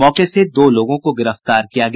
मौके से दो लोगों को गिरफ्तार किया गया